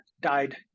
died